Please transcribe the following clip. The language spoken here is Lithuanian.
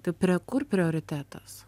tai prie kur prioritetas